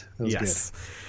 yes